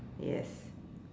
yes